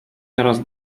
teraz